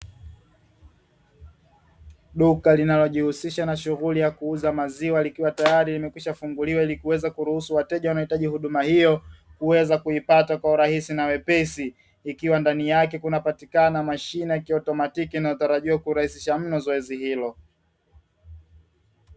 Duka linalojihusisha na shughuli ya kuuza maziwa likiwa tayari limeshafunguliwa, ili kuweza kuruhusu wateja wanaohitaji huduma hiyo kuweza kuipata kwa urahisi na wepesi, ikiwa ndani yake kunapatikana mashine ya kiotomatiki inayotarajiwa kurahisisha mno zoezi hilo.